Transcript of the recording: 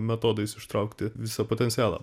metodais ištraukti visą potencialą